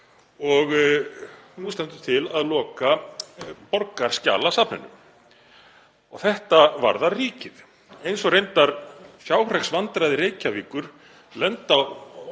og nú stendur til að loka Borgarskjalasafninu. Þetta varðar ríkið, eins og reyndar fjárhagsvandræði Reykjavíkur lenda